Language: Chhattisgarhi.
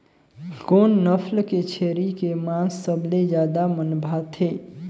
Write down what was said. कोन नस्ल के छेरी के मांस सबले ज्यादा मन भाथे?